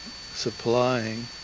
supplying